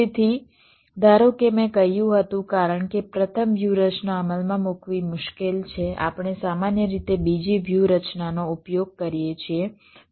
તેથી ધારો કે મેં કહ્યું હતું કારણ કે પ્રથમ વ્યૂહરચના અમલમાં મૂકવી મુશ્કેલ છે આપણે સામાન્ય રીતે બીજી વ્યૂહરચનાનો ઉપયોગ કરીએ છીએ